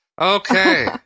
Okay